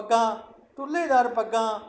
ਪੱਗਾਂ ਤੁੱਲੇਦਾਰ ਪੱਗਾਂ